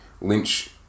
Lynch